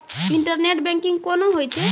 Internet banking कोना होय छै?